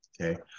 Okay